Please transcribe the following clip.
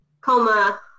coma